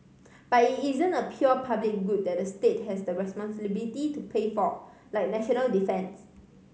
but it isn't a pure public good that the state has the to pay for like national defence